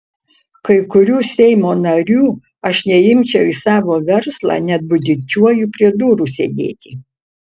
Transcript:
kai kurių seimo narių aš neimčiau į savo verslą net budinčiuoju prie durų sėdėti